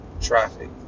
Traffic